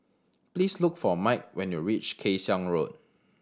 please look for Mike when you reach Kay Siang Road